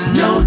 no